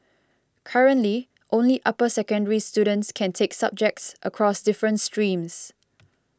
currently only upper secondary students can take subjects across different streams